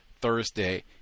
Thursday